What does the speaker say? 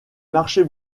marchés